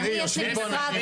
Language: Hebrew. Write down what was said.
יושבים פה אנשים.